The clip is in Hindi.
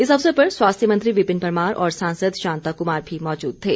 इस अवसर पर स्वास्थ्य मंत्री विपिन परमार और सांसद शांता कुमार भी मौजूद थे